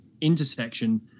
intersection